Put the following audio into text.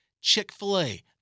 Chick-fil-A